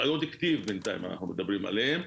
אנחנו מדברים בינתיים